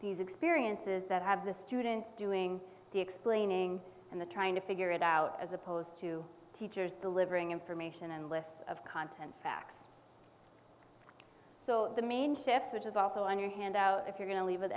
these experiences that have the students doing the explaining and the trying to figure it out as opposed to teachers delivering information and lists of content facts so the main shift which is also on your hand out if you're going to leave